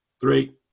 three